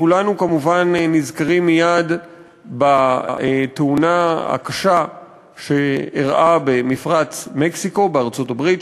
כולנו כמובן נזכרים מייד בתאונה הקשה שאירעה במפרץ מקסיקו בארצות-הברית,